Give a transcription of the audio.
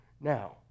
Now